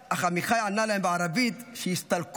אך עמיחי ענה להם בערבית שיסתלקו